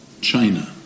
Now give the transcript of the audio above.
China